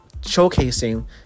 showcasing